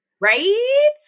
Right